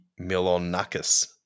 Milonakis